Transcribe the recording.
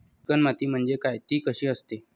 Chicken माती म्हणजे काय? ति कशी असते?